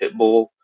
Pitbull